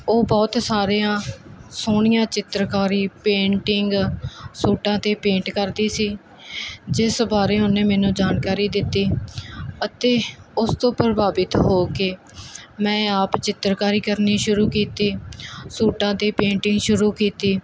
ਉਹ ਬਹੁਤ ਸਾਰੀਆ ਸੋਹਣੀਆਂ ਚਿੱਤਰਕਾਰੀ ਪੇਂਟਿੰਗ ਸੂਟਾਂ 'ਤੇ ਪੇਂਟ ਕਰਦੀ ਸੀ ਜਿਸ ਬਾਰੇ ਉਹਨੇ ਮੈਨੂੰ ਜਾਣਕਾਰੀ ਦਿੱਤੀ ਅਤੇ ਉਸ ਤੋਂ ਪ੍ਰਭਾਵਿਤ ਹੋ ਕੇ ਮੈਂ ਆਪ ਚਿੱਤਰਕਾਰੀ ਕਰਨੀ ਸ਼ੁਰੂ ਕੀਤੀ ਸੂਟਾਂ 'ਤੇ ਪੇਂਟਿੰਗ ਸ਼ੁਰੂ ਕੀਤੀ